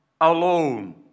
alone